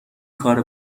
کار